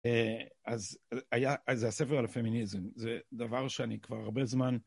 אז זה הספר על הפמיניזם, זה דבר שאני כבר הרבה זמן...